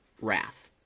wrath